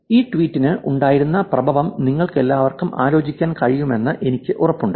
ഈ ട്വീറ്റിന് ഉണ്ടായിരുന്ന പ്രഭാവം നിങ്ങൾക്കെല്ലാവർക്കും ആലോചിക്കാൻ കഴിയുമെന്ന് എനിക്ക് ഉറപ്പുണ്ട്